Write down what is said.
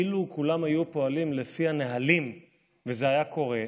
אילו כולם היו פועלים לפי הנהלים וזה היה קורה,